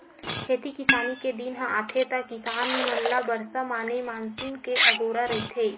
खेती किसानी के दिन ह आथे त किसान मन ल बरसा माने मानसून के अगोरा रहिथे